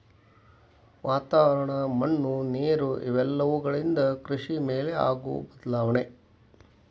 ವಾತಾವರಣ, ಮಣ್ಣು ನೇರು ಇವೆಲ್ಲವುಗಳಿಂದ ಕೃಷಿ ಮೇಲೆ ಆಗು ಬದಲಾವಣೆ